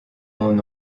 mon